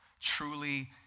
truly